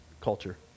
culture